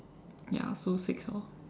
ya so six orh